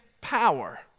power